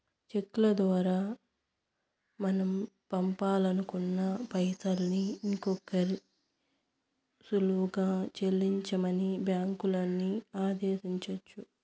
చెక్కుల దోరా మనం పంపాలనుకున్న పైసల్ని ఇంకోరికి సులువుగా సెల్లించమని బ్యాంకులని ఆదేశించొచ్చు